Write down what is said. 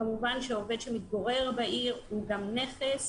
כמובן שעובד שמתגורר בעיר הוא גם נכס,